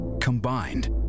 combined